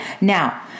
Now